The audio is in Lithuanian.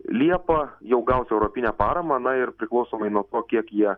liepą jau gaus europinę paramą na ir priklausomai nuo to kiek jie